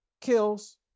kills